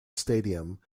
stadium